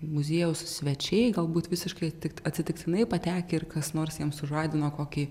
muziejaus svečiai galbūt visiškai tik atsitiktinai patekę ir kas nors jiem sužadino kokį